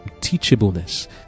teachableness